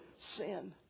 sin